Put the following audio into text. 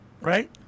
Right